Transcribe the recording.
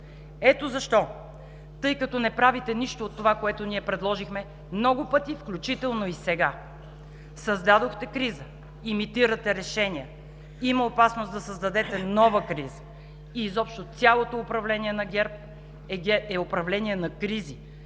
Ето защо, тъй като не правите нищо от това, което ние предложихме много пъти, включително и сега, създадохте криза, имитирате решения и има опасност да създадете нова криза. Изобщо цялото управление на ГЕРБ е управление на кризи,